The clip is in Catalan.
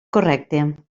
correcte